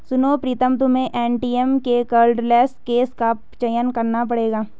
सुनो प्रीतम तुम्हें एटीएम में कार्डलेस कैश का चयन करना पड़ेगा